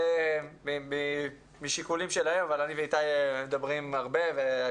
זה משיקולים שלהם, אבל אני ואיתי מדברים הרבה.